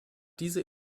diese